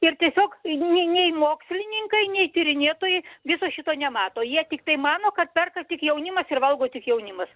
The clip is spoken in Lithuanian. ir tiesiog nei nei mokslininkai nei tyrinėtojai viso šito nemato jie tiktai mano kad perka tik jaunimas ir valgo tik jaunimas